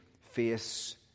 face